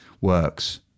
works